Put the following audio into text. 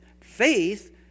faith